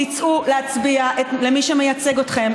תצאו להצביע למי שמייצג אתכם,